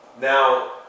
Now